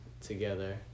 together